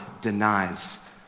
denies